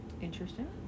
Interesting